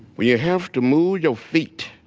when yeah have to move your feet.